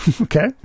Okay